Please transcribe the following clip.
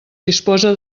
disposa